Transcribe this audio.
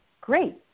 great